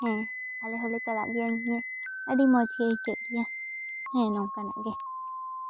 ᱦᱮᱸ ᱟᱞᱮ ᱦᱚᱸᱞᱮ ᱪᱟᱞᱟᱜ ᱜᱮᱭᱟ ᱧᱮᱧᱮᱞ ᱟᱹᱰᱤ ᱢᱚᱡᱽᱜᱮ ᱟᱹᱭᱠᱟᱹᱜ ᱜᱮᱭᱟ ᱦᱮᱸ ᱱᱚᱝᱠᱟᱱᱟᱜ ᱜᱮ